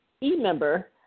e-member